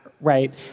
right